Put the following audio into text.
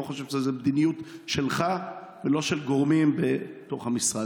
אני לא חושב שזו מדיניות שלך ולא של גורמים בתוך המשרד.